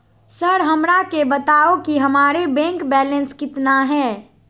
Sir हमरा के बताओ कि हमारे बैंक बैलेंस कितना है?